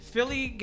Philly